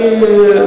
אני,